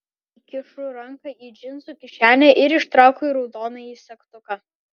įkišu ranką į džinsų kišenę ir ištraukiu raudonąjį segtuką